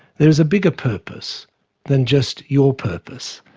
there is a bigger purpose than just your purpose.